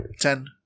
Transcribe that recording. Ten